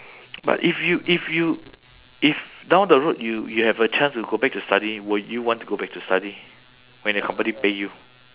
but if you if you if down the road you you have a chance to go back to study will you want to go back to study when your company pay you